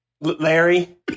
larry